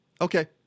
Okay